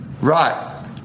Right